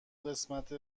قسمت